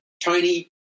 Tiny